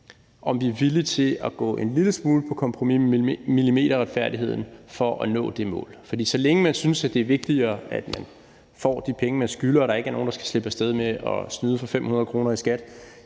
og er villige til at gå en lille smule på kompromis med millimeterretfærdigheden for at nå det mål. For så længe man synes, det er vigtigere, at man får de penge, folk skylder, og at der ikke er nogen, der skal slippe af sted med at snyde for 500 kr. i skat,